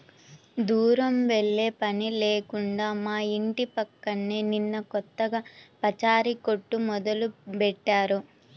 దూరం వెళ్ళే పని లేకుండా మా ఇంటి పక్కనే నిన్న కొత్తగా పచారీ కొట్టు మొదలుబెట్టారు